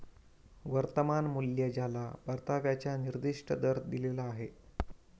वर्तमान मूल्य ज्याला परताव्याचा निर्दिष्ट दर दिलेला आहे